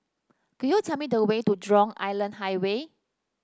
could you tell me the way to Jurong Island Highway